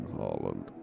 Holland